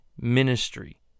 ministry